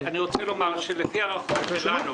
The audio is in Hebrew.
אני רוצה לומר שלפי הערכות שלנו